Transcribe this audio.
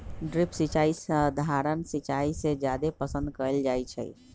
drip सिंचाई सधारण सिंचाई से जादे पसंद कएल जाई छई